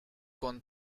con